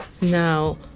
now